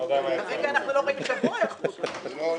כרגע אנחנו לא רואים שבוע היערכות אפילו.